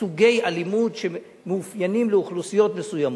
סוגי אלימות שאופייניים לאוכלוסיות מסוימות.